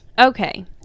okay